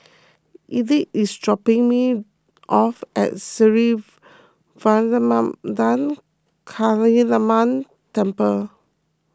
Ethyle is dropping me off at Sri Vairavimada Kaliamman Temple